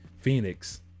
phoenix